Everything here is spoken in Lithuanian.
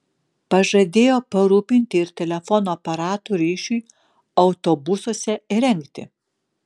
pažadėjo parūpinti ir telefono aparatų ryšiui autobusuose įrengti